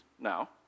now